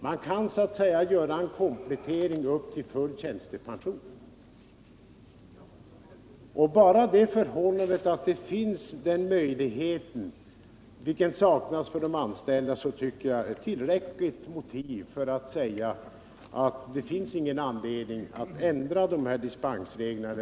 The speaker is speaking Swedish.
Man kan så att säga göra en komplettering upp till full tjänstepension. Bara det förhållandet att denna möjlighet finns härvidlag men saknas för de anställda tycker jag är tillräckligt motiv för att hävda att det inte föreligger någon anledning att ändra gränsen i dispensreglerna.